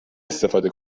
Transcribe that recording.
استفاده